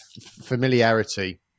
familiarity